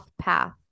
path